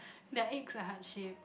their eggs are heart shape